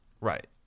Right